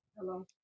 Hello